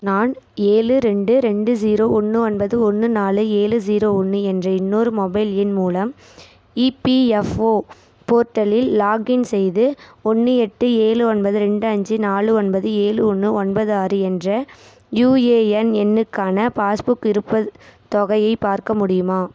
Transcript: நான் ஏழு ரெண்டு ரெண்டு ஸீரோ ஒன்று ஒன்பது ஒன்று நாலு ஏழு ஸீரோ ஒன்று என்ற இன்னொரு மொபைல் எண் மூலம் இபிஎஃப்ஓ போர்ட்டலில் லாகின் செய்து ஒன்று எட்டு ஏழு ஒன்பது ரெண்டு அஞ்சு நாலு ஒன்பது ஏழு ஒன்று ஒன்பது ஆறு என்ற யுஏஎன் எண்ணுக்கான பாஸ்புக் இருப்புத் தொகையை பார்க்க முடியுமா